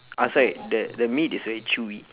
outside the the meat is very chewy